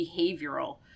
behavioral